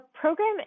program